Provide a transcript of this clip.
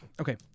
Okay